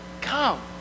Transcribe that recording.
Come